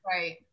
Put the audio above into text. Right